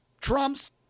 Trump's